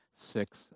six